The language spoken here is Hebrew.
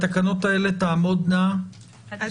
התקנות האלה תעמודנה עד?